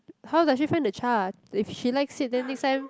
how does she find the chart if she likes it then next time